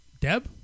Deb